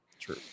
True